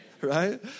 Right